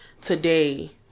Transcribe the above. Today